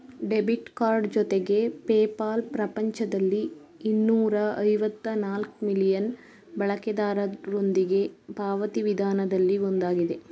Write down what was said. debit card ಜೊತೆಗೆ PayPal ಪ್ರಪಂಚದಲ್ಲಿ ಇನ್ನೂರ ಐವತ್ತ ನಾಲ್ಕ್ ಮಿಲಿಯನ್ ಬಳಕೆದಾರರೊಂದಿಗೆ ಪಾವತಿ ವಿಧಾನದಲ್ಲಿ ಒಂದಾಗಿದೆ